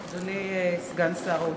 אדוני סגן שר האוצר,